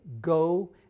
go